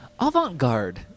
avant-garde